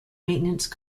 maintenance